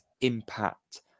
impact